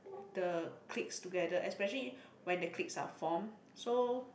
the cliques together especially when the cliques are formed so